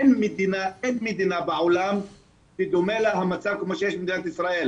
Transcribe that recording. אין מדינה בעולם שדומה לה המצב כמו שיש במדינת ישראל,